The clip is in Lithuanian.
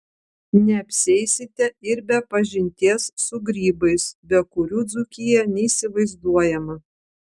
neapsieisite ir be pažinties su grybais be kurių dzūkija neįsivaizduojama